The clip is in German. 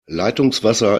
leitungswasser